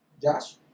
Josh